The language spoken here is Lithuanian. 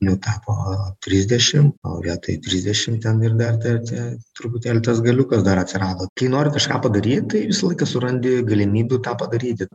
nu tapo trisdešim o vietoj trisdešim ten ir dar tie tie truputėlį tas galiukas dar atsirado kai nori kažką padaryt tai visą laiką surandi galimybių tą padaryti